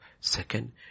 Second